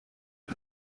aha